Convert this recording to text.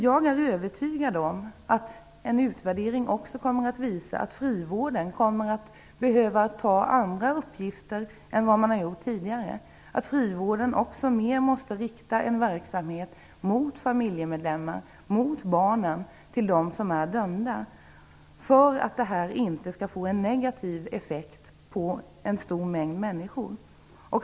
Jag är övertygad om att en utvärdering också kommer att visa att frivården behöver ta på sig andra uppgifter än vad man har gjort tidigare, att frivården mer måste rikta en verksamhet mot familjemedlemmar och mot barnen till dem som är dömda, för att det här inte skall vara en negativ effekt för en stor mängd människor.